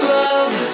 love